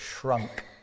shrunk